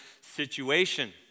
situation